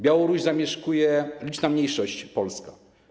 Białoruś zamieszkuje liczna mniejszość polska.